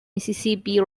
mississippi